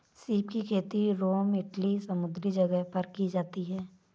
सीप की खेती रोम इटली समुंद्री जगह पर की जाती है